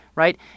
Right